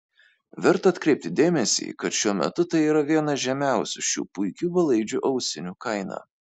verta atkreipti dėmesį kad šiuo metu tai yra viena žemiausių šių puikių belaidžių ausinių kaina